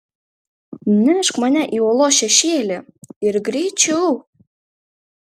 nešk mane į uolos šešėlį ir greičiau